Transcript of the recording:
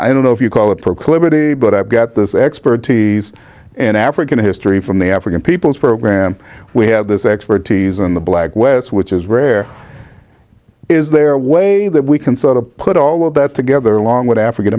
i don't know if you call a proclivity but i've got this expertise an african history from the african peoples program we have this expertise on the black west which is rare is there a way that we can sort of put all of that together along with african